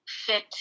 fit